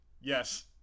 Yes